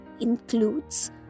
includes